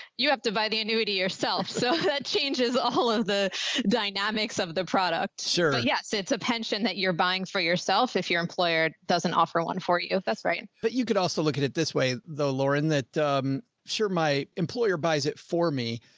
you have to buy the annuity yourself. so that changes all of the dynamics of the product. sure. yes. it's a pension that you're buying for yourself if your employer doesn't offer one for you, if that's right, but you could also look at it this way, the lauren that i'm sure my employer buys it for me,